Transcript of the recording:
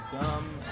Dumb